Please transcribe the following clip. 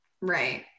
Right